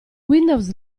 windows